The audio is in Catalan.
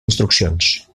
instruccions